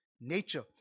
nature